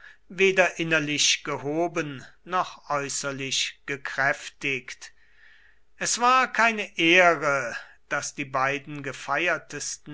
weder innerlich gehoben noch äußerlich gekräftigt es war keine ehre daß die beiden gefeiertsten